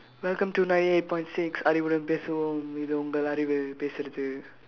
welcome to nine eight point six அறிவுடன் பேசுவோம் இது உங்கள் அறிவு பேசுறது:arivudan peesuvoom ithu ungkal arivu peesurathu